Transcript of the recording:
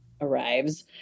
arrives